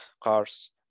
cars